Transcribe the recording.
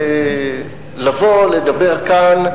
לבוא ולדבר כאן,